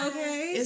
Okay